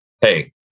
Hey